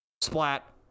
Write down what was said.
splat